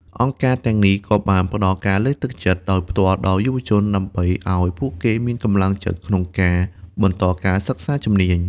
អង្គការទាំងនេះក៏បានផ្តល់ការលើកទឹកចិត្តដោយផ្ទាល់ដល់យុវជនដើម្បីឱ្យពួកគេមានកម្លាំងចិត្តក្នុងការបន្តការសិក្សាជំនាញ។